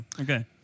Okay